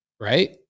right